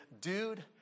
dude